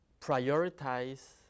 prioritize